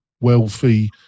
wealthy